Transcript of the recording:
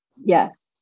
Yes